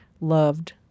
loved